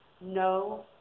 No